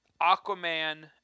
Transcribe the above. Aquaman